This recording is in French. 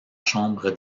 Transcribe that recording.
chambre